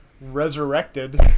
resurrected